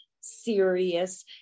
serious